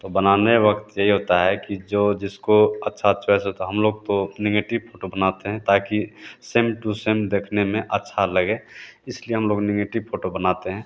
तो बनाने वक़्त यही होता है कि जो जिसको अच्छा अच्छा से तो हम लोग तो निगेटिव फ़ोटो बनाते हैं ताकि सेम टू सेम देखने में अच्छा लगे इसलिए हम लोग निगेटिव फ़ोटो बनाते हैं